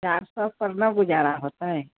चारि सएपर ना गुजारा होतै